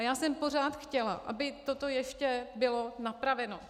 Já jsem pořád chtěla, aby toto ještě bylo napraveno.